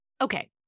Okay